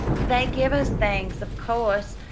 they give us things, of course,